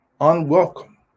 unwelcome